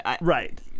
Right